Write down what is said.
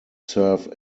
serve